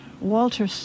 walter